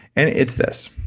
and it's this,